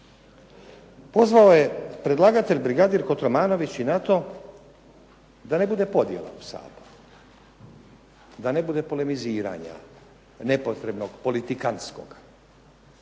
Pozvao je predlagatelj brigadir Kotromanović i na to da ne bude podjela u Saboru, da ne bude polemiziranja, nepotrebnog politikanskog,